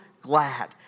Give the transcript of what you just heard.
glad